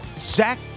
Zach